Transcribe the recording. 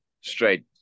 straight